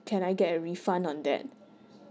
can I get a refund on that